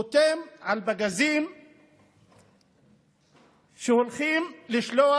חותם על פגזים שהולכים לשלוח